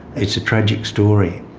it's a tragic story,